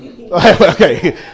Okay